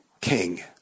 king